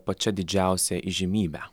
pačia didžiausia įžymybe